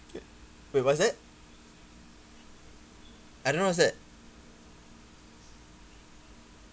wait what's that I don't know what's that